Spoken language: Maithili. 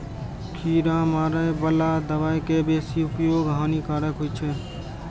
कीड़ा मारै बला दवा के बेसी उपयोग हानिकारक होइ छै